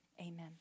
Amen